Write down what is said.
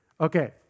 Okay